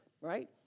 right